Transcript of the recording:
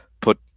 put